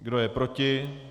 Kdo je proti?